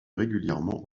régulièrement